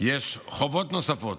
יש חובות נוספות,